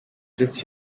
uretse